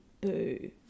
boo